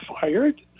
fired